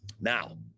Now